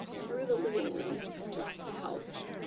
through the living room and left the house.